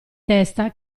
testa